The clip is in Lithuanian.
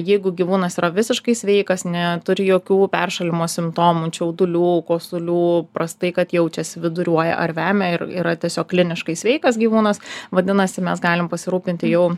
jeigu gyvūnas yra visiškai sveikas neturi jokių peršalimo simptomų čiaudulių kosulių prastai kad jaučiasi viduriuoja ar vemia ir yra tiesiog kliniškai sveikas gyvūnas vadinasi mes galime pasirūpinti jau